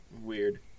Weird